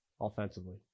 offensively